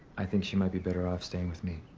i think she might be better off staying with me.